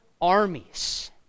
armies